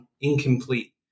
incomplete